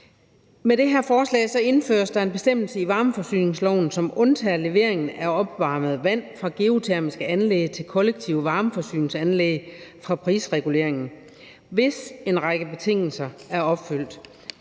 Med det her lovforslag indføres der en bestemmelse i varmeforsyningsloven, som undtager leveringen af opvarmet vand fra geotermiske anlæg til kollektive varmeforsyningsanlæg fra prisregulering, hvis en række betingelser er opfyldt.